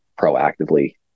proactively